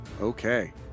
okay